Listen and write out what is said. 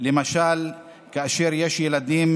למשל כאשר יש ילדים,